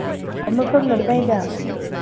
ꯃꯐꯝꯅ ꯀꯗꯥꯏꯗ